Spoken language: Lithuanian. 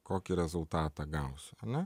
kokį rezultatą gausiu ane